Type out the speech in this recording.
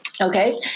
Okay